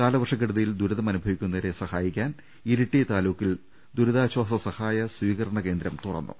കാലവർഷക്കെടുതിയിൽ ദുരിതമനുഭവിക്കു ന്നവരെ സഹായിക്കാൻ ഇരിട്ടി താലൂക്കിൽ ദിരുതാ ശ്വാസ സഹായ സ്വീകരണകേന്ദ്രം തുറന്നു